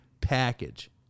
package